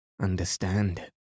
understand